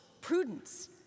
Prudence